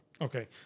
Okay